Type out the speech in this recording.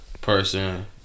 Person